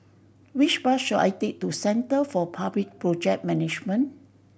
which bus should I take to Centre for Public Project Management